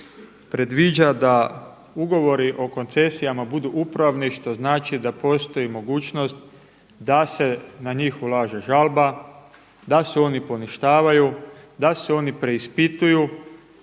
predviđa da ugovori o koncesijama budu upravni, što znači da postoji mogućnost da se na njih ulaže žalba, da se oni poništavaju, da se oni preispituju.